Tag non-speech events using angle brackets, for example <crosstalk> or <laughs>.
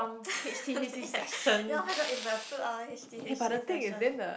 <laughs> ya ya my god it's the two hour H_T_H_T session